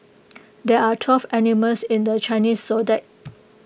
there are twelve animals in the Chinese Zodiac